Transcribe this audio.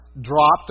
dropped